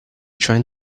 trying